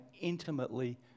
intimately